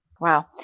Wow